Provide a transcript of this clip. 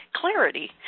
clarity